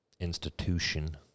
institution